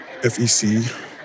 FEC